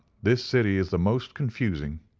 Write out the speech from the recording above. this city is the most confusing.